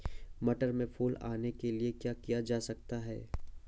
मटर में फूल आने के लिए क्या किया जा सकता है?